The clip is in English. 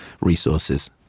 resources